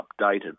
updated